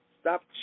Stop